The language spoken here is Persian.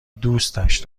دوستش